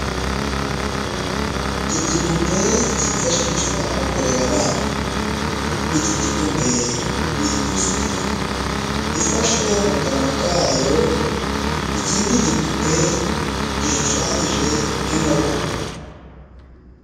Igipupe cyifashishwa mu kurera abana, iki gipupe ni ipusi ifashe mu kanwa kayo, ikindi gipupe gishushanyije nk'inkoko.